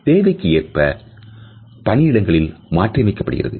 தேவைக்கு ஏற்ப பணியிடங்களில் மாற்றியமைக்கப்படுகிறது